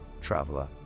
traveler